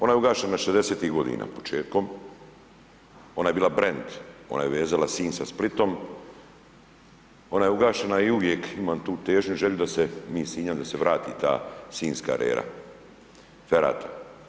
Ona je ugašena '60. godina početkom, ona je bila brend, ona je vezala Sinj sa Splitom, ona je ugašena i uvijek ima tu težnju, želju, njih sa Sinja, da se vrati ta sinjska arera, ferat.